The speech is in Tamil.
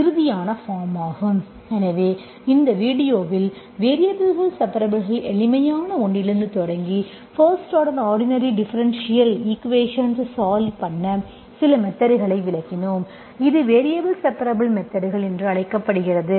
இறுதி ஆன பார்ம் ஆகும் எனவே இந்த வீடியோவில் வேரியபல்கள் செப்பரப்புள் எளிமையான ஒன்றிலிருந்து தொடங்கி first order ordinary differential equations solve பண்ண சில மெத்தட்களை விளக்கினோம் இது வேரியபல் செப்பரப்புள் மெத்தட்கள் என்று அழைக்கப்படுகிறது